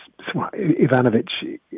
Ivanovic